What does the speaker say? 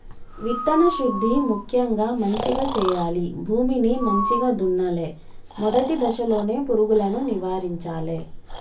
విత్తన శుద్ధి ముక్యంగా మంచిగ చేయాలి, భూమిని మంచిగ దున్నలే, మొదటి దశలోనే పురుగులను నివారించాలే